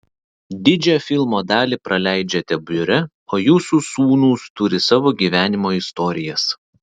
didžią filmo dalį praleidžiate biure o jūsų sūnūs turi savo gyvenimo istorijas